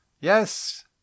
Yes